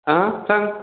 आ सांग